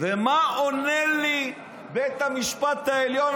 ומה עונה לי בית המשפט העליון,